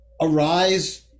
arise